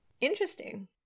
Interesting